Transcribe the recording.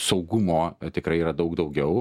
saugumo tikrai yra daug daugiau